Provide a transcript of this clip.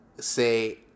say